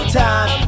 time